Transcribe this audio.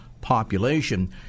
population